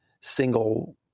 single